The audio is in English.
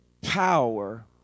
power